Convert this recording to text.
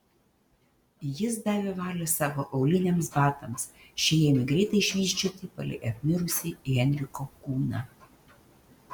jis davė valią savo auliniams batams šie ėmė greitai švysčioti palei apmirusį henriko kūną